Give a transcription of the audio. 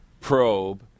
Probe